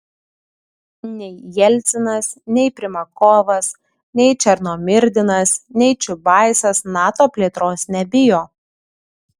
nei jelcinas nei primakovas nei černomyrdinas nei čiubaisas nato plėtros nebijo